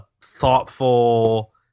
thoughtful